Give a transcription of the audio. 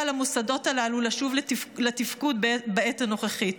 למוסדות הללו לשוב לתפקוד בעת הנוכחית.